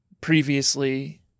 previously